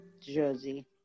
Jersey